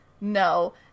No